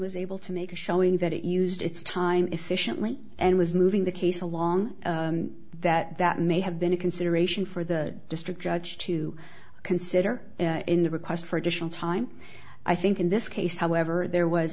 was able to make a showing that it used its time efficiently and was moving the case along that that may have been a consideration for the district judge to consider in the request for additional time i think in this case however there was